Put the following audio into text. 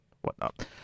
whatnot